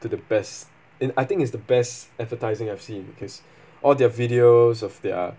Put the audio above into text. to the best and I think is the best advertising I've seen because all their videos of their